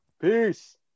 Peace